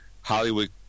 Hollywood